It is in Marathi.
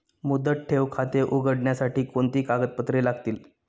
मुदत ठेव खाते उघडण्यासाठी कोणती कागदपत्रे लागतील?